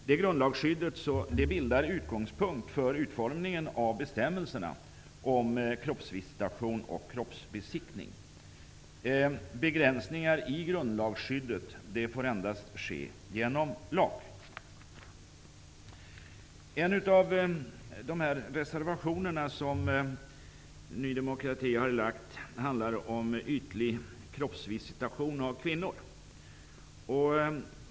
Detta grundlagsskydd bildar utgångspunkt för utformningen av bestämmelserna om kroppsvisitation och kroppsbesiktning. Begränsningar i grundlagsskyddet får endast ske genom lag.'' En av Ny demokratis reservationer handlar om ytlig kroppsvisitation av kvinnor.